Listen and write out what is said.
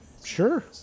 Sure